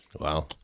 wow